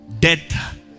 Death